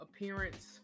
appearance